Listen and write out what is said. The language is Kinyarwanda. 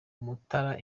mutara